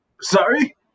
Sorry